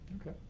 Okay